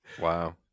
wow